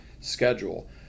schedule